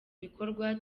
bikorwa